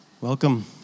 welcome